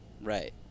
right